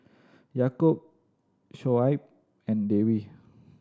Yaakob Shoaib and Dewi